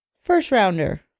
first-rounder